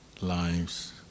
lives